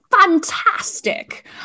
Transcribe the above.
fantastic